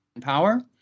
power